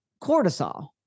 cortisol